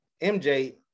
MJ